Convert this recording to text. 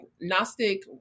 Gnostic